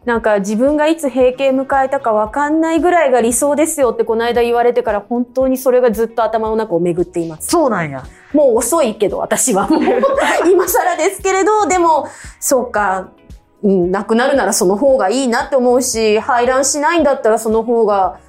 なんか自分がいつ閉経迎えたかわかんないぐらいが理想ですよってこの間言われてから本当にそれがずっと頭の中を巡っています。そうなんや。もう遅いけど、私は。もう今更ですけれど、でも、そうか。うん、なくなるならその方がいいなって思うし、排卵しないんだったらその方が